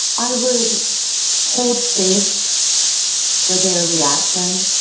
i would hold space for their reaction,